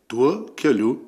tuo keliu